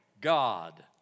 God